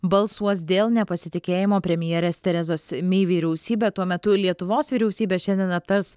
balsuos dėl nepasitikėjimo premjerės terezos mei vyriausybe tuo metu lietuvos vyriausybė šiandien aptars